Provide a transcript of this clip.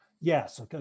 Yes